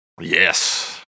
Yes